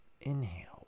Inhale